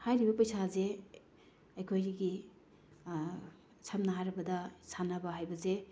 ꯍꯥꯏꯔꯤꯕ ꯄꯩꯁꯥꯁꯦ ꯑꯩꯈꯣꯏꯒꯤ ꯁꯝꯅ ꯍꯥꯏꯔꯕꯗ ꯁꯥꯟꯅꯕ ꯍꯥꯏꯕꯁꯦ